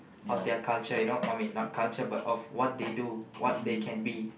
of their culture you know I mean not culture but of what they do what they can be